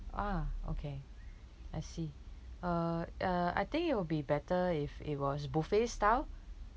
ah okay I see uh uh I think it'll be better if it was buffet style